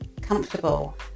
comfortable